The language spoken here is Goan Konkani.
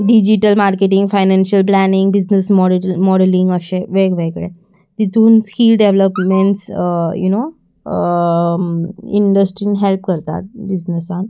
digital marketing financial planning business modes modelling अशे वेगवेगळे तितून स्कील डॅवलॉपमेंट्स यू नो इंडस्ट्रीन हॅल्प करतात बिजनसांत